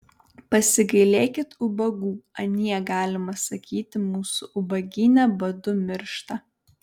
pasigailėkit ubagų anie galima sakyti mūsų ubagyne badu miršta